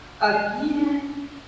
again